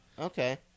Okay